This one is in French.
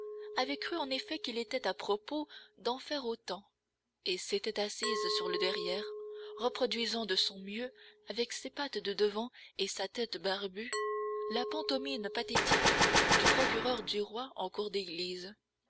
avait cru en effet qu'il était à propos d'en faire autant et s'était assise sur le derrière reproduisant de son mieux avec ses pattes de devant et sa tête barbue la pantomime pathétique du procureur du roi en cour d'église